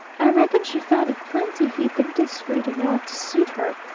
i reckon she found it plenty-heap indiscreet enough to suit her.